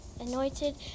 anointed